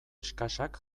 eskasak